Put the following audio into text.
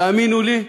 תאמינו לי,